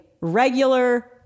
regular